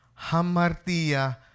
Hamartia